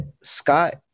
Scott